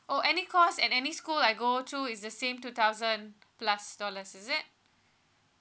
or any course and any school I go to is the same two thousand plus dollars is it